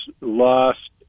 lost